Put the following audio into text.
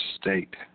state